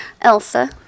Elsa